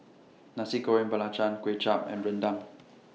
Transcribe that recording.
Nasi Goreng Belacan Kuay Chap and Rendang